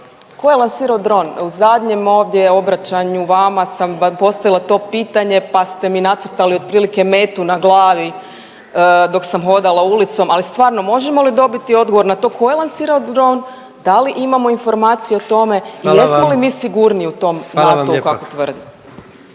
tko je lansirao dron? U zadnjem ovdje obraćanju vama sam postavila to pitanje, pa ste mi nacrtali otprilike metu na glavi dok sam hodala ulicom, ali stvarno možemo li dobiti odgovor na to ko je lansirao dron, da li imamo informacije o tome i jesmo li mi sigurniji u tom NATO-u kako tvrdite?